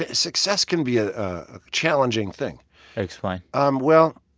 ah success can be a ah challenging thing explain um well,